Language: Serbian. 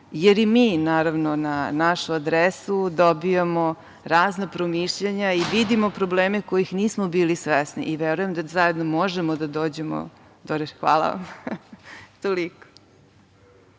jer i mi, naravno, na našu adresu dobijamo razna promišljanja i vidimo probleme kojih nismo bili svesni i verujem da zajedno možemo da dođemo do rešenja. Toliko.